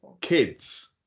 kids